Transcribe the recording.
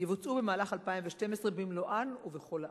יבוצעו במהלך 2012 במלואן ובכל הארץ.